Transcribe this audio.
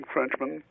Frenchman